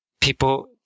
people